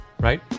right